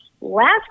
last